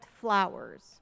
flowers